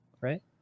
right